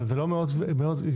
אולי כי